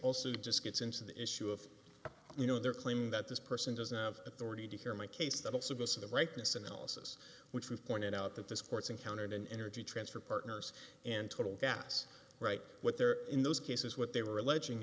also just gets into the issue of you know their claim that this person doesn't have authority to hear my case that also goes to the rightness analysis which was pointed out that this court's encountered an energy transfer partners and total that's right what there in those cases what they were alleging